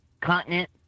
continent